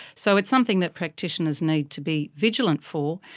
so it's something that practitioners need to be vigilant for.